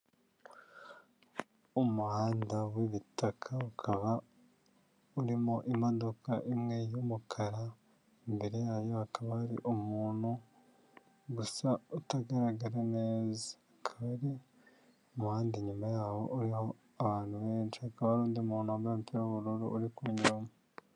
Umuhanda w'ibitaka ukaba urimo imodoka imwe y'umukara imbere yayo hakaba hari umuntu gusa utagaragara neza hakaba ari umuhanda inyuma yaho uriho abantu benshi hakaba hari undi muntu wambaye umupira w'ubururu uri kuwunyurwmo.